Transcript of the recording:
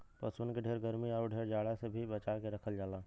पसुअन के ढेर गरमी आउर ढेर जाड़ा से भी बचा के रखल जाला